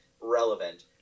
relevant